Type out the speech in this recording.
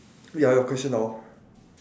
ya your question now